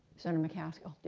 senator mccaskill,